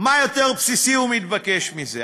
מה יותר בסיסי ומתבקש מזה?